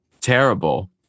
Terrible